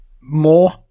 more